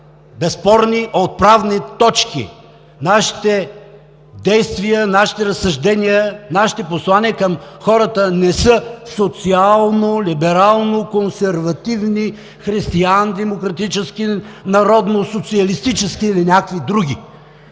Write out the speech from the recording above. безспорни, отправни точки. Нашите действия, нашите разсъждения, нашите послания към хората не са социално, либерално-консервативни, християндемократически, народно социалистически или някакви други.